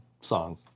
song